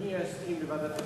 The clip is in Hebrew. שאדוני יסכים לוועדת הפנים,